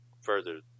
further